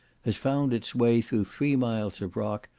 has found its way through three miles of rock,